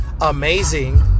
amazing